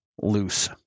loose